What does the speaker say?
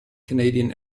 canadian